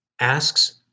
asks